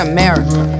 America